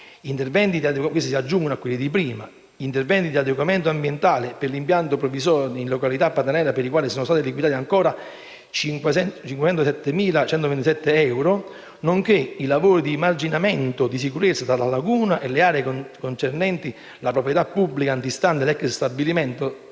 che si aggiungono a quelli precedenti), interventi di adeguamento ambientale per l'impianto provvisorio in località Pantanella (per i quali sono stati liquidati ancora 507.127 euro), nonché i lavori di marginamento di sicurezza tra la laguna e le aree concernenti la proprietà pubblica antistante l'ex stabilimento